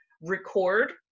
record